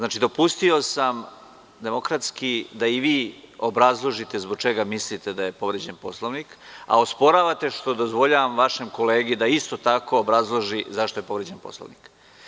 Dopustio sam demokratski da i vi obrazložite zbog čega mislite da je povređen Poslovnik, a osporavate što dozvoljavam vašem kolegi da isto tako obrazloži zašto je povređen Poslovnik.